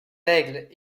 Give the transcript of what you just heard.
aigles